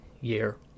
year